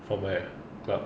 from where club